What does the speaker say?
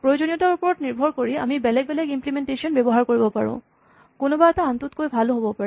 প্ৰয়োজনীয়তাৰ ওপৰত নিৰ্ভৰ কৰি আমি বেলেগ বেলেগ ইমপ্লিমেন্টেচন ব্যৱহাৰ কৰিব পাৰোঁ কোনোবা এটা আনটোতকৈ ভালো হ'ব পাৰে